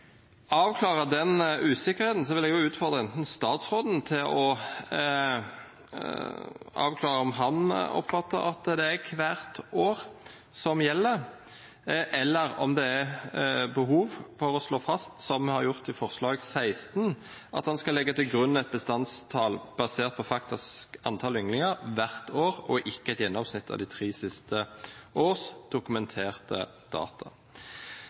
avklare om han oppfatter at det er «hvert år» som gjelder, eller om det er behov for å slå fast – som vi har gjort i forslag nr. 16 – at en skal «legge til grunn et bestandstall basert på faktisk antall ynglinger hvert år og ikke et gjennomsnitt av de tre siste års dokumenterte data».